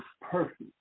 perfect